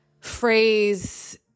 phrase